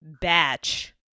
batch